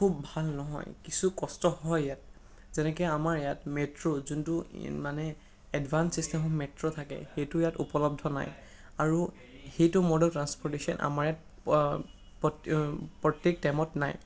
খুব ভাল নহয় কিছু কষ্ট হয় ইয়াত যেনেকৈ আমাৰ ইয়াত মেট্ৰ' যোনটো মানে এডভাঞ্চ ছিষ্টেম মেট্ৰ' থাকে সেইটো ইয়াত উপলব্ধ নাই আৰু সেইটো ম'ডৰ ট্ৰাঞ্চপৰ্টেশ্য়ন আমাৰ ইয়াত প প্ৰত্যেক টাইমত নাই